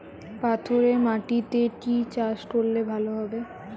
পাথরে মাটিতে কি চাষ করলে ভালো হবে?